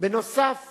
נוסף